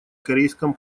корейском